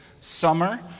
Summer